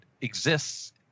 exists